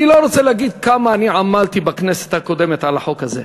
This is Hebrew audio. אני לא רוצה להגיד כמה אני עמלתי בכנסת הקודמת על החוק הזה,